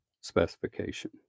specification